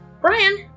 Brian